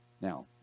Now